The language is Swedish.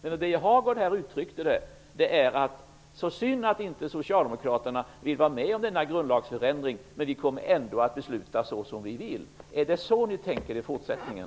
Men Birger Hagård uttryckte det så att det var synd att Socialdemokraterna inte ville vara med om denna grundlagsändring men att man kommer att besluta så som man vill. Är det så ni tänker göra i fortsättningen?